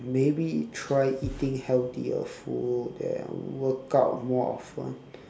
maybe try eating healthier the food then workout more often